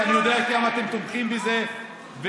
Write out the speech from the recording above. ואני מסתכל עליכם ואומר לכם את זה כי אני יודע עד כמה אתם תומכים בזה.